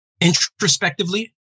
introspectively